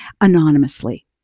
anonymously